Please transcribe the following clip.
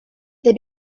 they